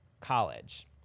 college